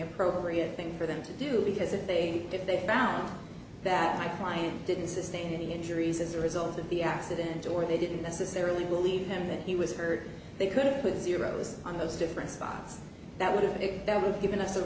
appropriate thing for them to do because if they if they found that my client didn't sustain any injuries as a result of the accident or they didn't necessarily believe him that he was hurt they could put zeros on those different spots that would that would give us a